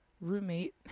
roommate